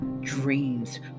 dreams